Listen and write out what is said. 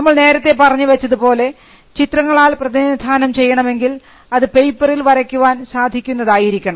നമ്മൾ നേരത്തെ പറഞ്ഞു വച്ചത് പോലെ ചിത്രങ്ങളാൽ പ്രതിനിധാനം ചെയ്യണമെങ്കിൽ അത് പേപ്പറിൽ വരയ്ക്കാൻ സാധിക്കുന്നതായിരിക്കണം